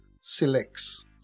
selects